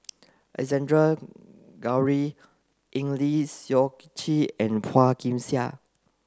Alexander Guthrie Eng Lee Seok Chee and Phua Kin Siang